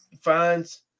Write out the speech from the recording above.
finds